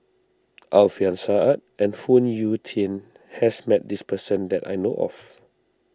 Alfian Sa'At and Phoon Yew Tien has met this person that I know of